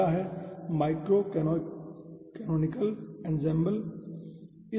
पहला micro canonical ensemble है